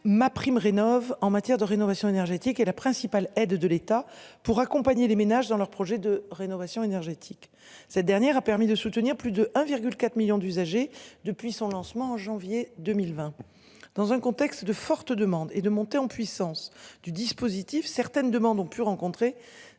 MaPrimeRénov en matière de rénovation énergétique et la principale aide de l'État pour accompagner les ménages dans leur projet de rénovation énergétique. Cette dernière a permis de soutenir plus de 1,4 millions d'usagers. Depuis son lancement en janvier 2020. Dans un contexte de forte demande et de montée en puissance du dispositif certaines demandes ont pu rencontrer